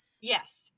Yes